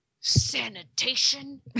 Sanitation